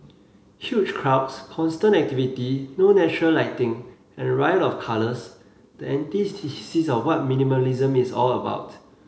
huge crowds constant activity no natural lighting and a riot of colours the of what minimalism is all about